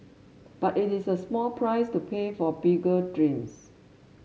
but it is a small price to pay for bigger dreams